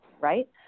right